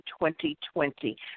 2020